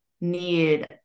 need